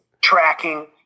tracking